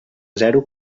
zero